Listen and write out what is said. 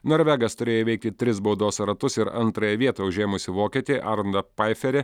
norvegas turėjo įveikti tris baudos ratus ir antrąją vietą užėmusį vokietį arną paiferį